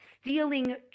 stealing